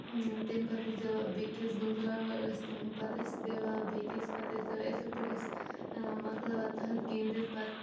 تمہِ پتہٕ ٲسۍ دِوان بیٚکِس گنٛزراوان ٲس تِم پتہٕ ٲسۍ دِوان بیٚکِس پتہٕ ٲسۍ دِوان یِتھے پٲٹھۍ ٲسۍ مۄکلاوان تتھ گِنٛدِتھ پتہٕ